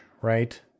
Right